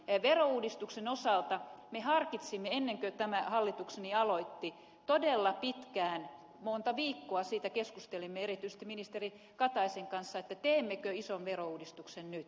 verouudistuksen osalta me harkitsimme ennen kuin tämä hallitukseni aloitti todella pitkään monta viikkoa siitä keskustelimme erityisesti ministeri kataisen kanssa teemmekö ison verouudistuksen nyt